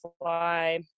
fly